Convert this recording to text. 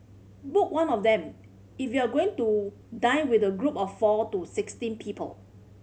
book one of them if you are going to dine with a group of four to sixteen people